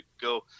go